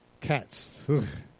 cats